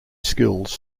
skills